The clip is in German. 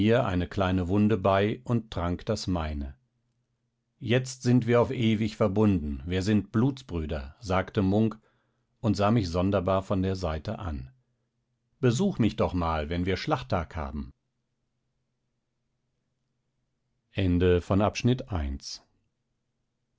eine kleine wunde bei und trank das meine jetzt sind wir auf ewig verbunden wir sind blutsbrüder sagte munk und sah mich sonderbar von der seite an besuch mich doch mal wenn wir schlachttag haben